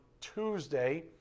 Tuesday